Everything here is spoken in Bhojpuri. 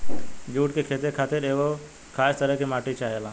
जुट के खेती खातिर एगो खास तरह के माटी चाहेला